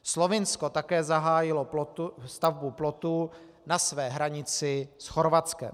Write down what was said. Slovinsko také zahájilo stavbu plotu na své hranici s Chorvatskem.